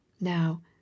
Now